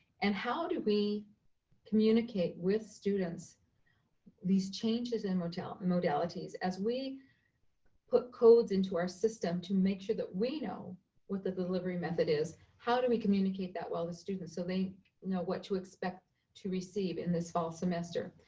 and how do we communicate with students these changes in ah modalities? as we put codes into our system to make sure that we know what the delivery method is, how do we communicate that well to students, so they know what to expect to receive in this fall semester?